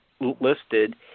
listed